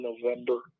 November